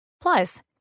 Plus